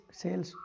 sales